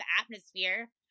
atmosphere